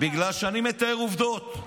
בגלל שאני מתאר עובדות.